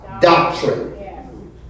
doctrine